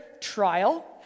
trial